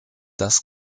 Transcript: das